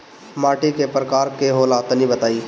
माटी कै प्रकार के होला तनि बताई?